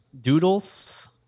doodles